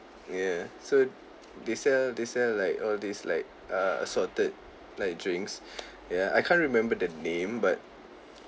ya so they sell they sell like all these like uh assorted like drinks ya I can't remember the name but